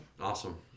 Awesome